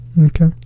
Okay